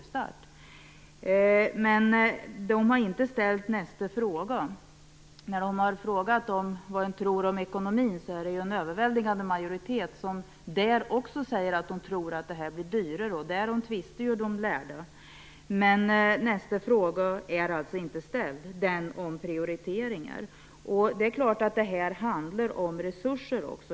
Undersökningen har dock inte ställt nästa fråga. När den har frågat om vad man tycker om ekonomin säger en överväldigande majoritet att man tror att det blir dyrare, och därom tvistar de lärde. Men nästa fråga är inte ställd, nämligen den om prioriteringar. Det är klart att det också handlar om resurser.